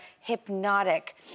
hypnotic